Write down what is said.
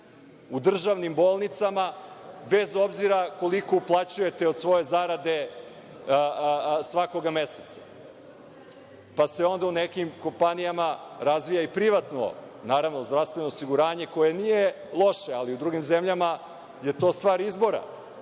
u državnim bolnicama, bez obzira koliko uplaćujete od svoje zarade svakog meseca, pa se onda u nekim kompanijama razvija i privatno zdravstveno osiguranje koje nije loše, ali u drugim zemljama je to stvar izbora